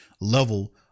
level